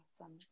Awesome